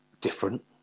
different